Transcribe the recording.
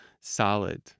solid